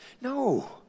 No